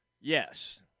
Yes